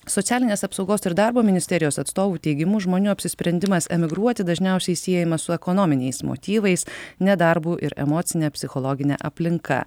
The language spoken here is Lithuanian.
socialinės apsaugos ir darbo ministerijos atstovų teigimu žmonių apsisprendimas emigruoti dažniausiai siejamas su ekonominiais motyvais nedarbu ir emocine psichologine aplinka